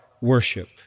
worship